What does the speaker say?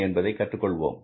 என்பதை கற்றுக்கொள்வோம்